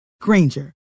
Granger